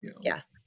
yes